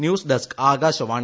news desk Akashvani